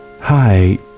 Hi